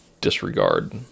disregard